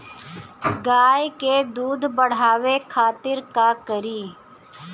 गाय के दूध बढ़ावे खातिर का करी?